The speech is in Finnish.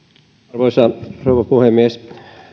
arvoisa rouva puhemies